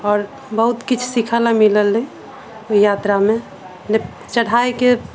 आओर बहुत किछु सीखऽ ल शए मिलल अछि ओहि यात्रा मे चढ़ाई के